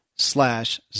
slash